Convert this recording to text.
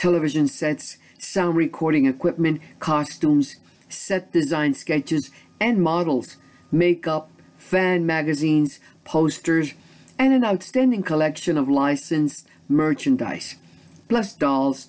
television sets sound recording equipment costumes set design sketches and models makeup than magazines posters and an outstanding collection of licensed merchandise plus dolls